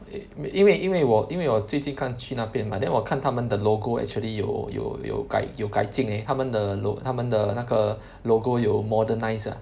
因因为因为我因为我最近刚去那边 mah then 我看他们的 logo actually 有有有改有改进 eh 它们的 lo~ 它们的那个 logo 有 modernise ah